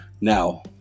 Now